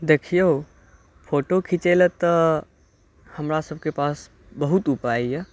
देखियौ फोटो खिंचय लऽ तऽ हमरा सबके पास बहुत उपाय यऽ